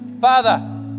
Father